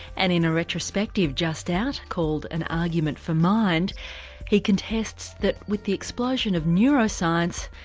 and in a retrospective just out called an argument for mind he contests that, with the explosion of neuroscience,